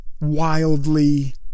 wildly